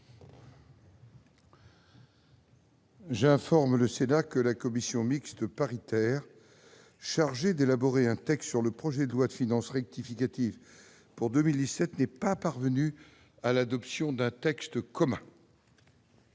J'informe le Sénat que la commission mixte paritaire chargée d'élaborer un texte sur le projet de loi de finances rectificative pour 2017 n'est pas parvenue à l'adoption d'un texte commun.